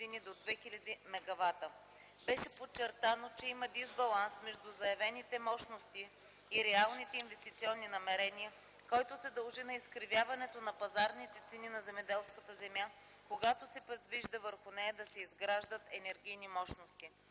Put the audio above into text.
Беше подчертано, че има дисбаланс между заявените мощности и реалните инвестиционни намерения, който се дължи на изкривяването на пазарните цени на земеделската земя, когато се предвижда върху нея да се изграждат енергийни мощности.